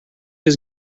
his